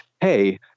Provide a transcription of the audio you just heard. hey